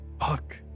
Fuck